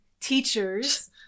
teachers